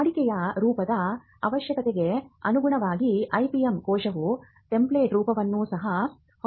ವಾಡಿಕೆಯ ರೂಪದ ಅವಶ್ಯಕತೆಗೆ ಅನುಗುಣವಾಗಿ ಐಪಿಎಂ ಕೋಶವು ಟೆಂಪ್ಲೇಟ್ ರೂಪಗಳನ್ನು ಸಹ ಹೊಂದಬಹುದು